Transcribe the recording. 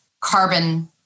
carbon